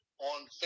on